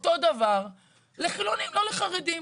אותו דבר לחילונים, לא לחרדים.